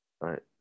right